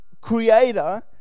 creator